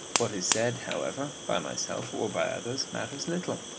what is said, however, by myself or by others, matters little.